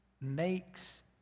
makes